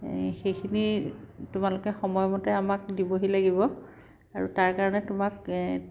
সেইখিনি তোমালোকে সময়মতে আমাক দিবহি লাগিব আৰু তাৰ কাৰণে তোমাক